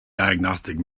diagnostic